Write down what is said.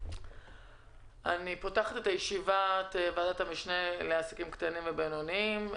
אני פותחת את ישיבת ועדת המשנה לעסקים קטנים ובינוניים.